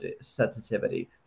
sensitivity